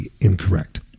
incorrect